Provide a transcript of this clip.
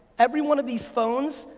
every one of these phones,